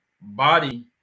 body